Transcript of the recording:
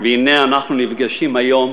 והנה אנחנו נפגשים היום